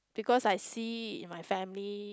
because I see my family